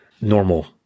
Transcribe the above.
normal